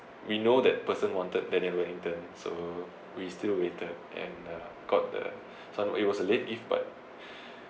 we know that person wanted daniel wellington so we still waited and uh got the so it was a late if but